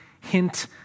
hint